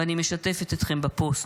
ואני משתפת אתכם בפוסט.